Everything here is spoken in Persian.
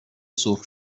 سرخ